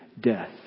death